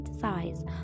size